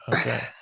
okay